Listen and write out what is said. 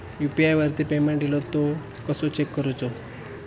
UPI वरती payment इलो तो कसो चेक करुचो?